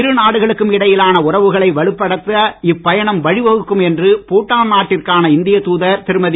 இருநாடுகளுக்கும் இடையிலான உறவுகளை வலுப்படுத்த இப்பயணம் வழிவகுக்கும் என்று பூட்டான் நாட்டிற்கான இந்திய தூதர் திருமதி